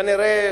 כנראה